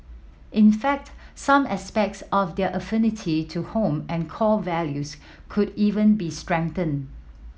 in fact some aspects of their affinity to home and core values could even be strengthened